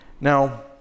Now